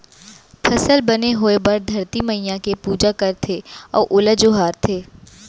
फसल बने होए बर धरती मईया के पूजा करथे अउ ओला जोहारथे